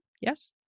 Yes